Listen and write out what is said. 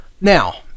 Now